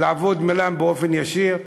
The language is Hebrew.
לעבוד מולן באופן ישיר.